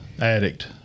addict